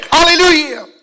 Hallelujah